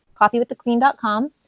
coffeewiththequeen.com